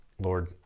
Lord